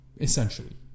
essentially